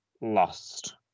lost